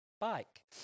bike